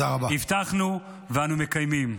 הבטחנו ואנו מקיימים.